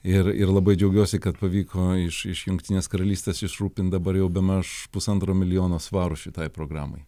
ir ir labai džiaugiuosi kad pavyko iš iš jungtinės karalystės išrūpint dabar jau bemaž pusantro milijono svarų šitai programai